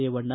Revanna